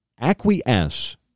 acquiesce